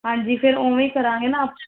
ਹਾਂਜੀ ਫਿਰ ਉਵੇਂ ਹੀ ਕਰਾਂਗੇ ਨਾ ਆਪਾਂ